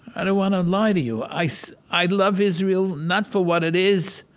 i don't want to and lie to you. i so i love israel not for what it is,